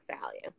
value